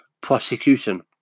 Prosecution